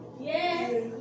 Yes